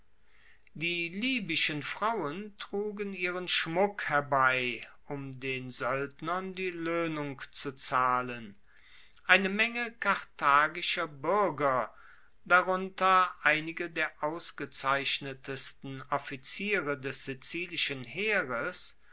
die libyschen frauen trugen ihren schmuck herbei um den soeldnern die loehnung zu zahlen eine menge karthagischer buerger darunter einige der ausgezeichnetsten offiziere des sizilischen heeres